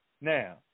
Now